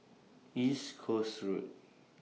East Coast Road